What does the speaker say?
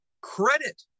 credit